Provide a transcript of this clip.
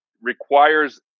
requires